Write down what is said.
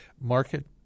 Market